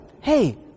Hey